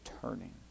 turning